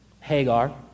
Hagar